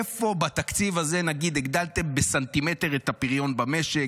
איפה בתקציב הזה נגיד הגדלתם בסנטימטר את הפריון במשק,